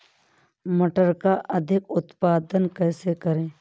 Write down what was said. मटर का अधिक उत्पादन कैसे करें?